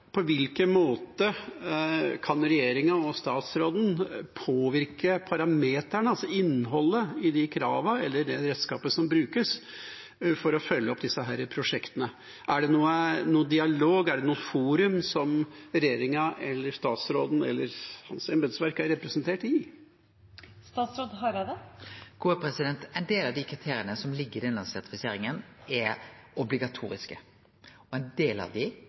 På hvilken måte kan regjeringa og statsråden påvirke parametrene, innholdet i de kravene eller det redskapet som brukes, for å følge opp disse prosjektene? Er det noen dialog eller noe forum som regjeringa, statsråden eller hans embetsverk er representert i? Ein del av dei kriteria som ligg i denne sertifiseringa, er obligatoriske, og ein del av